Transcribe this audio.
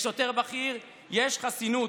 לשוטר בכיר יש חסינות,